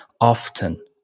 often